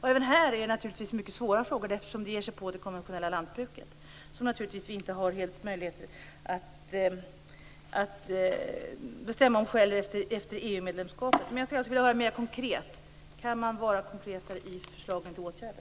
Detta är naturligtvis också mycket svåra frågor, eftersom de ger sig på det konventionella lantbruket. Det har vi inte möjligheter att bestämma om helt själva efter EU Jag skulle alltså vilja höra om man kan vara konkretare i förslagen till åtgärder.